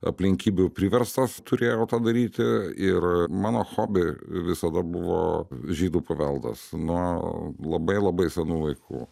aplinkybių priverstas turėjau padaryti ir mano hobi visada buvo žydų paveldas nuo labai labai senų laikų